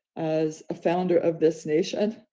as a founder of this nation,